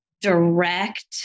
direct